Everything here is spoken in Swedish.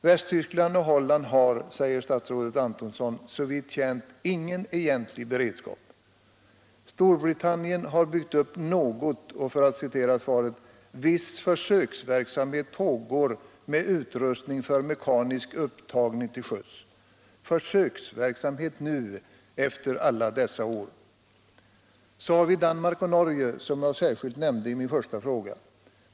Västtyskland och Holland har, säger statsrådet Antonsson, såvitt känt ingen egentlig beredskap. Storbritannien har byggt upp något, och — för att citera svaret: ”Viss försöksverksamhet pågår med utrustning för mekanisk upptagning till sjöss.” Försöksverksamhet nu efter alla dessa år! Så har vi Danmark och Norge, som jag särskilt nämnde i min första fråga.